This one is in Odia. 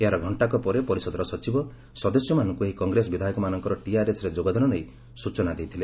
ଏହାର ଘଣ୍ଟାକ ପରେ ପରିଷଦର ସଚିବ ସଦସ୍ୟମାନଙ୍କୁ ଏହି କଗ୍ରେସ ବିଧାୟକମାନଙ୍କର ଟିଆର୍ଏସ୍ରେ ଯୋଗଦାନ ନେଇ ସୂଚନା ଦେଇଥିଲେ